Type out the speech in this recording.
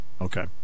Okay